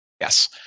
yes